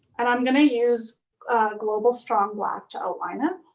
and i'm gonna use global strong black to outline it.